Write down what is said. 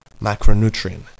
macronutrient